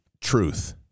truth